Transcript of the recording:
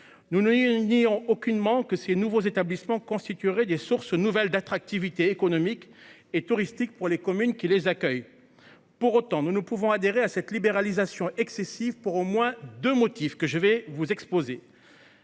nous il dit-on aucunement que ces nouveaux établissements constitueraient des sources nouvelles d'attractivité économique et touristique pour les communes qui les accueille. Pour autant, nous ne pouvons adhérer à cette libéralisation excessive pour au moins 2 motif que je vais vous exposer.